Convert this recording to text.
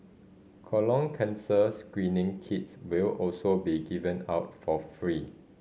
colon cancers screening kits will also be given out for free